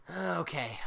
okay